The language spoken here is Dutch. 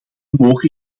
mogen